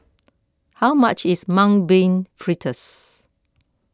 how much is Mung Bean Fritters